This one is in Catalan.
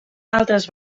altres